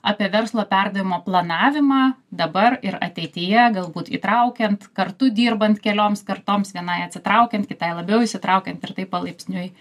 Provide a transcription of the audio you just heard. apie verslo perdavimo planavimą dabar ir ateityje galbūt įtraukiant kartu dirbant kelioms kartoms vienai atsitraukiant kitai labiau įsitraukiant ir taip palaipsniui